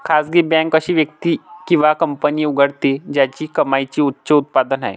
खासगी बँक अशी व्यक्ती किंवा कंपनी उघडते ज्याची कमाईची उच्च उत्पन्न आहे